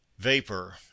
Vapor